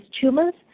tumors